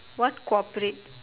what cooperate